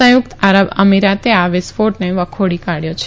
સંયુકત આરબ અમીરાતે આ વિસ્ફોટને વખોડી કાઢથો છે